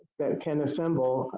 that can assemble,